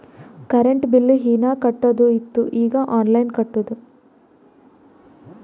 current bill ಹೀನಾ ಕಟ್ಟದು ಇತ್ತು ಈಗ ಆನ್ಲೈನ್ಲೆ ಕಟ್ಟುದ